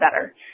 better